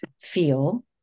feel